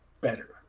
better